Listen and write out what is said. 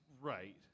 Right